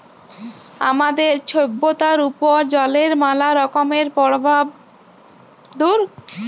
আমাদের ছভ্যতার উপর জলের ম্যালা রকমের পরভাব পড়ে